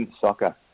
soccer